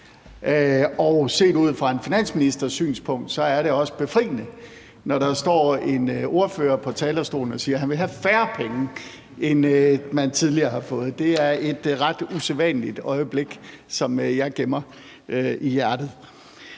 og set ud fra en finansministers synspunkt er det også befriende, når der står en ordfører på talerstolen, som siger, at han vil have færre penge, end man tidligere har fået. Det er et ret usædvanligt øjeblik, som jeg gemmer i hjertet.